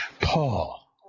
Paul